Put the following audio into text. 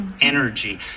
energy